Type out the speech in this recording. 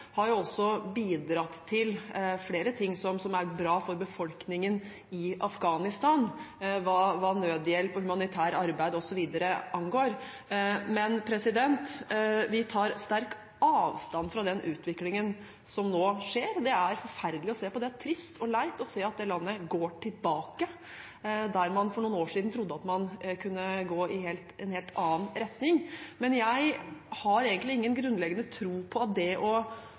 har også bidratt til flere ting som er bra for befolkningen i Afghanistan, hva angår nødhjelp og humanitært arbeid osv., men vi tar sterk avstand fra den utviklingen som nå skjer. Det er forferdelig å se på. Det er trist og leit å se at det landet går tilbake der man for noen år siden trodde at det kunne gå i en helt annen retning. Men jeg har egentlig ingen grunnleggende tro på at